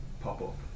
pop-up